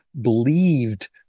believed